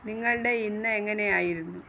നിങ്ങളുടെ ഇന്ന് എങ്ങനെയായിരുന്നു